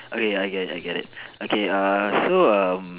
okay I get it I get it okay err so um